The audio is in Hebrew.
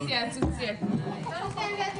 הדיון בהצעת חוק לעידוד תעשייה עתירת ידע (הוראת שעה),